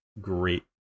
great